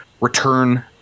return